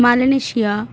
Malaysia